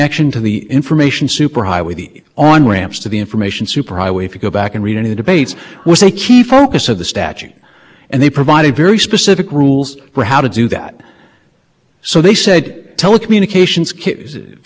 soley the train the capability to transmit that information between two substantially all internet m points there is no information processing here so brand x doesn't apply because for the simple reason that you don't have any information processing to combine without offering